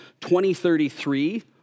2033